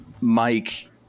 Mike